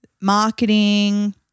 marketing